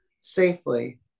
safely